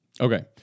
Okay